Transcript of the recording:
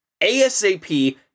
ASAP